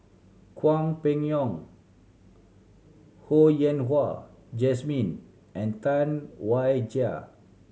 Hwang Peng Yuan Ho Yen Wah Jesmine and Tam Wai Jia